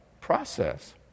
process